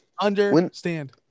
understand